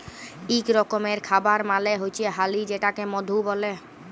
ইক রকমের খাবার মালে হচ্যে হালি যেটাকে মধু ব্যলে